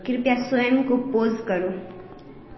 कृपया स्वयं को पॉज़ करो